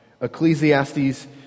Ecclesiastes